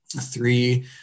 three